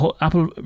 Apple